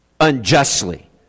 unjustly